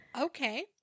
Okay